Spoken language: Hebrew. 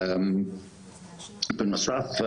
בנוסף,